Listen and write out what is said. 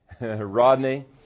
Rodney